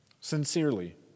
sincerely